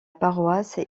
paroisse